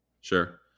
sure